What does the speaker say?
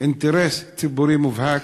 אינטרס ציבורי מובהק?